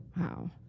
Wow